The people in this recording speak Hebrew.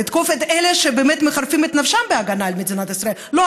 לתקוף את אלה שבאמת מחרפים את נפשם בהגנה על מדינת ישראל לא,